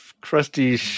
crusty